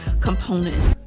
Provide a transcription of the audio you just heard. component